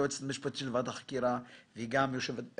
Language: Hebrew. היועצת המשפטית של ועדת החקירה שהיא גם היועצת